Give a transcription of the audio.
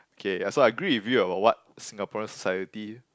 okay I so I agree with you about what Singaporean society